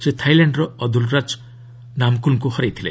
ସେ ଥାଇଲ୍ୟାଣ୍ଡର ଅଦୁଲ୍ରାଚ୍ ନାମ୍କୁଲ୍ଙ୍କୁ ହରାଇଥିଲେ